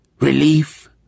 Relief